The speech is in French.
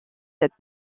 cette